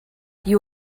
you